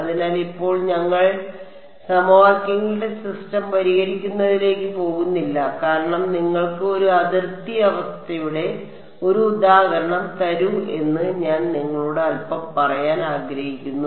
അതിനാൽ ഇപ്പോൾ ഞങ്ങൾ സമവാക്യങ്ങളുടെ സിസ്റ്റം പരിഹരിക്കുന്നതിലേക്ക് പോകുന്നില്ല കാരണം നിങ്ങൾക്ക് ഒരു അതിർത്തി അവസ്ഥയുടെ ഒരു ഉദാഹരണം തരൂ എന്ന് ഞാൻ നിങ്ങളോട് അൽപ്പം പറയാൻ ആഗ്രഹിക്കുന്നു